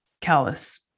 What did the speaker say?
callous